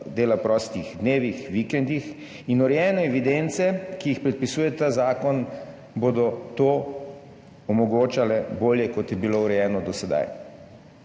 dela prostih dnevih, vikendih, in urejene evidence, ki jih predpisuje ta zakon, bodo to omogočale bolje, kot je bilo urejeno do sedaj.